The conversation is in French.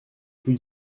put